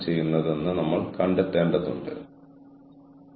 കാര്യക്ഷമത അനന്തരഫലമെന്താണെന്നതുമായും ബന്ധപ്പെട്ടിരിക്കുന്നു